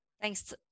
Thanks